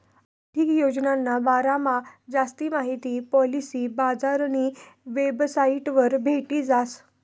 आर्थिक योजनाना बारामा जास्ती माहिती पॉलिसी बजारनी वेबसाइटवर भेटी जास